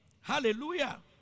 Hallelujah